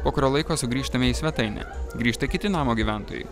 po kurio laiko sugrįžtame į svetainę grįžta kiti namo gyventojai